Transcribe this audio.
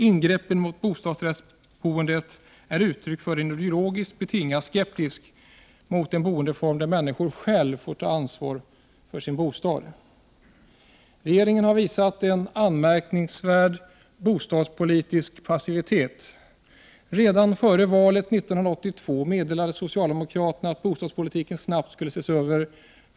Ingreppen mot bostadsrättsboendet är uttryck för en ideologiskt betingad skepsis mot en boendeform där människor själva får ta ansvar för sin bostad. Regeringen har visat en anmärkningsvärd bostadspolitisk passivitet. Redan före valet 1982 meddelade socialdemokraterna att bostadspolitiken snabbt skulle ses över.